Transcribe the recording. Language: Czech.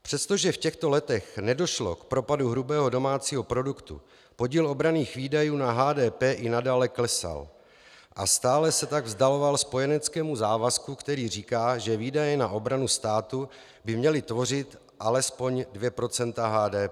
Přestože v těchto letech nedošlo k propadu hrubého domácího produktu, podíl obranných výdajů na HDP i nadále klesal, a stále se tak vzdaloval spojeneckému závazku, který říká, že výdaje na obranu státu by měly tvořit alespoň 2 % HDP.